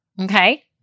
Okay